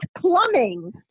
plumbing